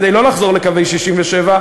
כדי לא לחזור לקווי 67',